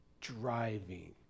driving